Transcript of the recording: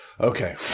okay